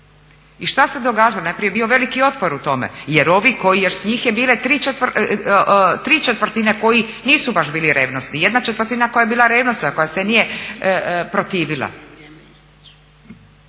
I šta se događa? Najprije je bio veliki otpor u tome jer ovi koji, njih je bilo ¾ koji nisu baš bili revnosni, ¼ koja je bila revnosna koja se nije protivila.